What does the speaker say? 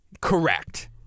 Correct